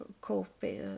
copy